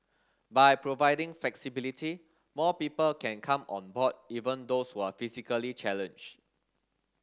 by providing flexibility more people can come on board even those who are physically challenged